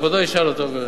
כבודו ישאל אותו.